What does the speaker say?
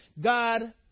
God